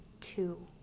two